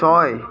ছয়